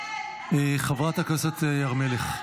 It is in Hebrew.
חברת הכנסת הר מלך.